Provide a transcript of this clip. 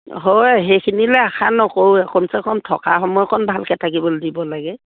হয় সেইখিনিলে আশা নকৰোঁ এখন কমচেকম থকা সময়কন ভালকে থাকিবলে দিব লাগে